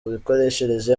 mikoreshereze